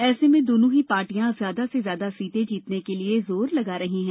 ऐसे में दोनों ही पार्टियां ज्यादा से ज्यादा सीटें जीतने के लिए जोर लगा रही हैं